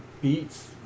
beats